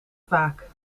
vaak